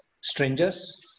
strangers